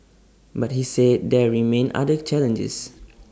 but he said there remain other challenges